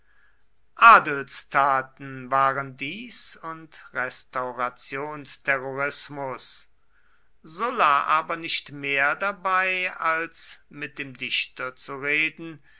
adelstaten waren dies und restaurationsterrorismus sulla aber nicht mehr dabei als mit dem dichter zu reden